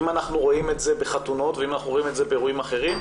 אם אנחנו רואים את זה בחתונות ואם אנחנו רואים את זה באירועים אחרים,